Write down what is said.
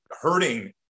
hurting